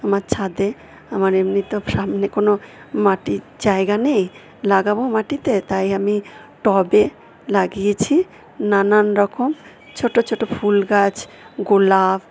আমার ছাদে আমার এমনিতেও সামনে কোনো মাটির জায়গা নেই লাগাবো মাটিতে তাই আমি টবে লাগিয়েছি নানান রকম ছোটো ছোটো ফুল গাছ গোলাপ